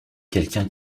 quelqu’un